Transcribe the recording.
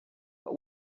but